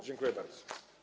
Dziękuję bardzo.